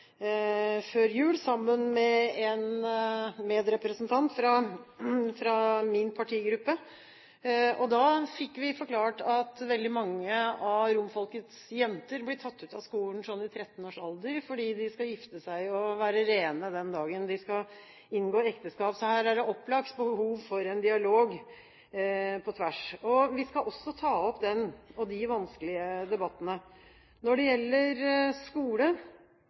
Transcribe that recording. før jul, sammen med en medrepresentant fra min partigruppe, og da fikk vi forklart at veldig mange av romfolkets jenter blir tatt ut av skolen i 13-årsalderen fordi de skal gifte seg og være «rene» den dagen de skal inngå ekteskap. Så her er det opplagt behov for en dialog på tvers. Vi skal også ta opp de vanskelige debattene. Når det gjelder skole: